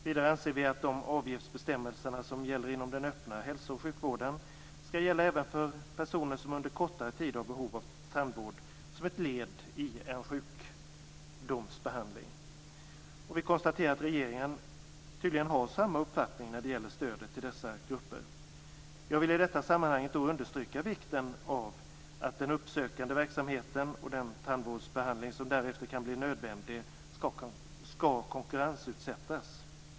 Vidare anser vi att de avgiftsbestämmelser som gäller inom den öppna hälso och sjukvården skall gälla även för personer som under kortare tid har behov av tandvård som ett led i en sjukdomsbehandling. Vi konstaterar att regeringen tydligen har samma uppfattning när det gäller stödet till dessa grupper. Jag vill i detta sammanhang understryka vikten av att den uppsökande verksamheten och den tandvårdsbehandling som därefter kan bli nödvändig konkurrensutsätts.